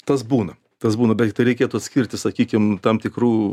tas būna tas būna bet tai reikėtų atskirti sakykim tam tikrų